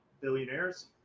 billionaires